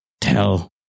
Tell